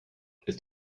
ist